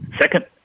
Second